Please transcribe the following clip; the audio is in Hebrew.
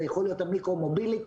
זה יכול להיות המיקרו מוביליטי,